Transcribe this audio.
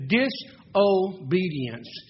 disobedience